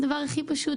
הדבר הכי פשוט,